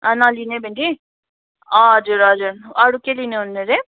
नलिने भेन्डी हजुर हजुर अरू के लिनुहुने अरे